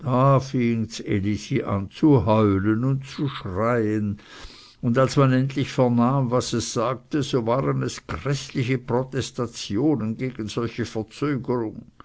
zu heulen und zu schreien an und als man endlich vernahm was es sagte so waren es gräßliche protestationen gegen solche verzögerung